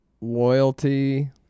Loyalty